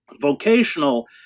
vocational